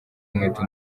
inkweto